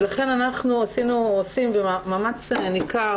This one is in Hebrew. לכן אנחנו עושים מאמץ ניכר